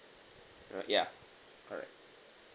right ya correct